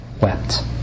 wept